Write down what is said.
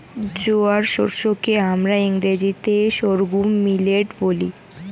জোয়ার শস্য কে আমরা ইংরেজিতে সর্ঘুম মিলেট বলি